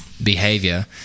Behavior